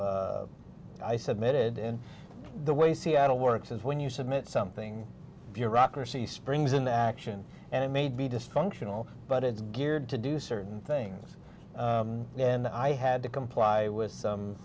i submitted in the way seattle works is when you submit something bureaucracy springs into action and it may be dysfunctional but it's geared to do certain things and i had to comply with some